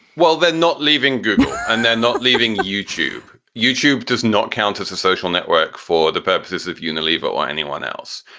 well, they're not leaving google and they're not leaving youtube. youtube does not count as a social network for the purposes of unilever or anyone else.